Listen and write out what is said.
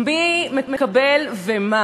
מי מקבל ומה,